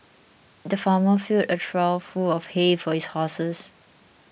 the farmer filled a trough full of hay for his horses